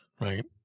right